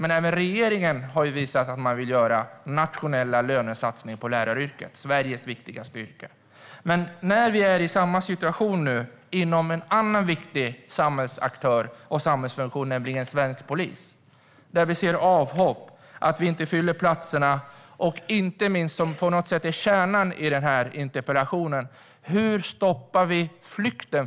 Men även regeringen har visat att man vill göra nationella lönesatsningar på läraryrket - Sveriges viktigaste yrke. Nu är vi i samma situation när det gäller en annan viktig samhällsaktör och samhällsfunktion, nämligen svensk polis. Vi ser avhopp. Platserna fylls inte. Det handlar inte minst om hur vi ska stoppa flykten från polisyrket - kärnan i interpellationen.